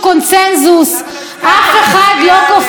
אף אחד לא כופר במגילת העצמאות.